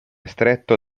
stretto